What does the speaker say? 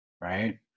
Right